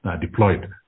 deployed